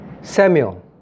Samuel